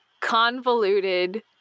convoluted